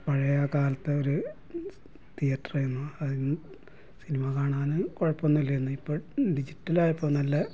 പഴയ കാലത്തെ ഒരു തിയേറ്റർ ആയിരുന്നുഅത് സിനിമ കാണാനും കുഴപ്പമൊന്നും ഇല്ലായിരുന്നു ഇപ്പം ഡിജിറ്റല് ആയപ്പോൾ നല്ല